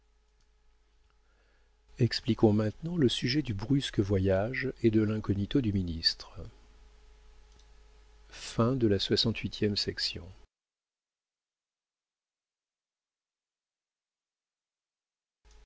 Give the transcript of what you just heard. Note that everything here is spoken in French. expliquons maintenant le sujet du brusque voyage et de l'incognito du ministre